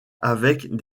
avec